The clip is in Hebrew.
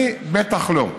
אני בטח לא,